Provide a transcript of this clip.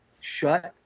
shut